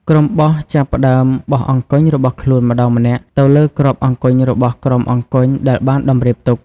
ក្រុមបោះចាប់ផ្ដើមបោះអង្គញ់របស់ខ្លួនម្ដងម្នាក់ទៅលើគ្រាប់អង្គញ់របស់ក្រុមអង្គញ់ដែលបានតម្រៀបទុក ។